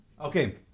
Okay